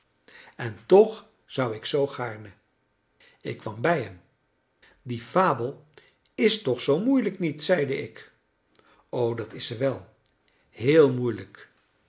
en toch zou ik zoo gaarne ik kwam bij hem die fabel is toch zoo moeilijk niet zeide ik o dat is ze wel heel moeilijk